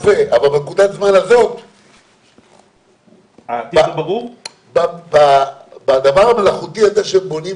יעמדו בתוקפן עד למועד אישור תמ"א 70. (ח)פורסמה ברשומות הודעה בדבר אישור תמ"א